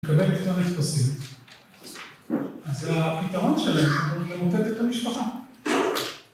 ‫מקבל פתרון אינטרסיבי. ‫אז הפתרון שלהם ‫הוא למוטט את המשפחה.